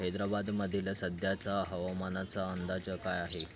हैद्राबादमधील सध्याचा हवामानाचा अंदाज काय आहे